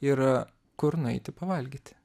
yra kur nueiti pavalgyti